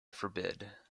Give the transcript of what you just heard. forbid